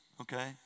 okay